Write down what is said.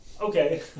Okay